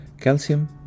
Calcium